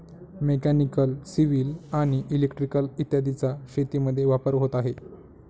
mechanical, civil आणि electrical इत्यादींचा शेतीमध्ये वापर होत आहे